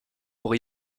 pour